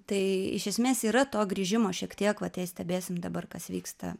tai iš esmės yra to grįžimo šiek tiek vat jei stebėsim dabar kas vyksta